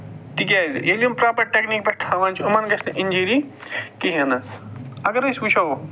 تِکیازِ ییٚلہِ یِم پراپَر ٹٮ۪کنیٖک پٮ۪ٹھ تھاوَان چھِ یمن گژھِ نہٕ اِنجِری کِہیٖنۍ نہٕ اَگر أسۍ وُچھو